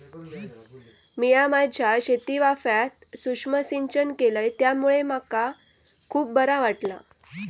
मिया माझ्या शेतीवाफ्यात सुक्ष्म सिंचन केलय त्यामुळे मका खुप बरा वाटला